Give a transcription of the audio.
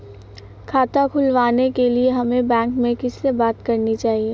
खाता खुलवाने के लिए हमें बैंक में किससे बात करनी चाहिए?